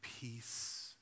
peace